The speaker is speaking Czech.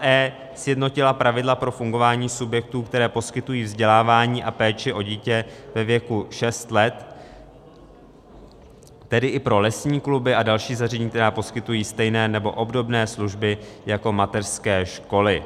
e) sjednotila pravidla pro fungování subjektů, které poskytují vzdělávání a péči o dítě ve věku šest let, tedy i pro lesní kluby a další zařízení, která poskytují stejné nebo obdobné služby jako mateřské školy.